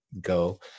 go